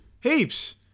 Heaps